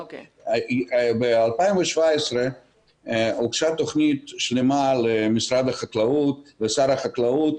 ב-2017 הוגשה תכנית שלמה למשרד החקלאות ושר החקלאות,